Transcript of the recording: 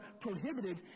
prohibited